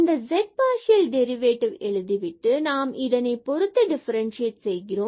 இந்த z partial derivative எழுதிவிட்டு நாம் இதைப் பொருத்து டிஃபரண்சியேட் செய்கிறோம்